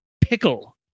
Pickle